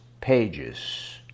pages